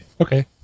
Okay